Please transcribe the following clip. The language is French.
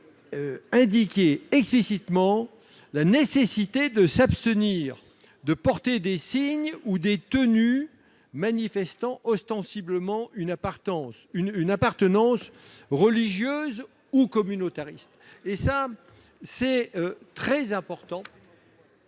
indiquer explicitement la nécessité de s'abstenir de porter des signes ou des tenues manifestant ostensiblement une appartenance religieuse ou communautariste. C'est très important